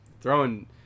Throwing